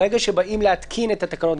ברגע שבאים להתקין את התקנות,